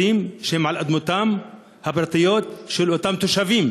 בתים שהם על אדמותיהם הפרטיות של אותם תושבים.